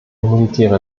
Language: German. humanitäre